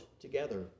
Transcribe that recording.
together